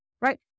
right